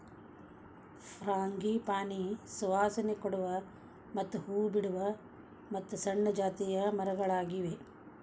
frangipani ಸುವಾಸನೆ ಕೊಡುವ ಮತ್ತ ಹೂ ಬಿಡುವ ಮತ್ತು ಸಣ್ಣ ಜಾತಿಯ ಮರಗಳಾಗಿವೆ